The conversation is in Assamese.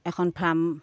এখন ফাৰ্ম